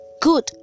Good